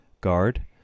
guard